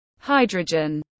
Hydrogen